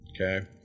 Okay